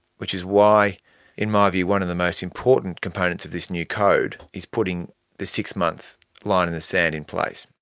which is why in my view one of the most important components of this new code is putting the six-month line in the sand in place.